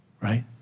Right